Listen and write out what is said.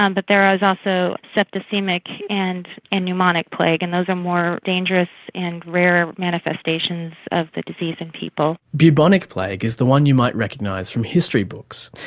um but there is also septicaemic and and pneumonic plague, and those are more dangerous and rarer manifestations of the disease in people. bubonic plague is the one you might recognise from history books.